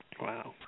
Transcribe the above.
Wow